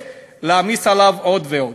ולהעמיס עליו עוד ועוד.